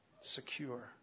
Secure